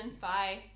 Bye